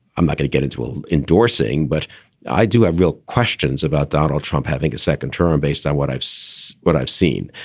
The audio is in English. i'm going to get into all endorsing, but i do have real questions about donald trump having a second term? based on what i've seen, what i've seen,